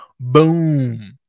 Boom